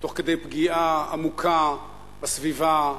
תוך כדי פגיעה עמוקה בסביבה,